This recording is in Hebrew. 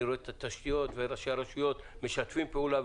אני רואה את התשתיות וראשי הרשויות משתפים פעולה,